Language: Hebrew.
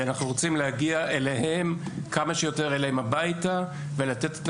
אנחנו רוצים להגיע אליהן הביתה כמה שיותר ולתת את